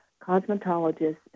cosmetologists